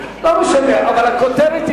בסך הכול היתה